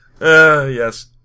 Yes